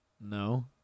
No